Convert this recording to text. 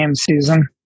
season